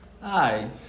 Hi